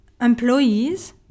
employees